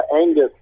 Angus